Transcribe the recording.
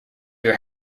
your